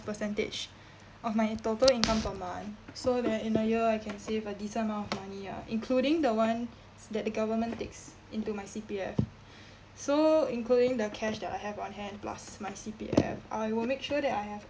percentage of my total income per month so that in a year I can save a decent amount of money ah including the one that the government takes into my C_P_F so including the cash that I have on hand plus my C_P_F I will make sure that I have